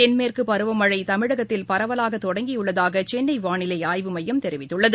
தென்மேற்குபருவமழைதமிழகத்தில் பரவலாகதொடங்கியுள்ளதாகசென்னைவானிலைஆய்வு மையம் தெரிவித்துள்ளது